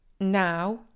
now